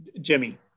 Jimmy